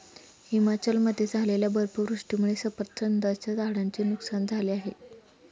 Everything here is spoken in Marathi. हिमाचलमध्ये झालेल्या बर्फवृष्टीमुळे सफरचंदाच्या झाडांचे नुकसान झाले आहे